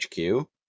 HQ